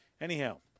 anyhow